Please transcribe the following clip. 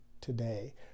today